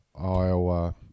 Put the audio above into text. Iowa